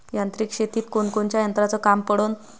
यांत्रिक शेतीत कोनकोनच्या यंत्राचं काम पडन?